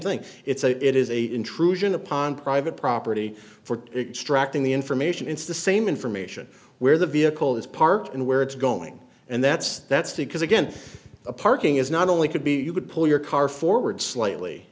thing it's a it is a intrusion upon private property for to extract the information into the same information where the vehicle is parked and where it's going and that's that's to because again the parking is not only could be you could pull your car forward slightly